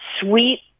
sweet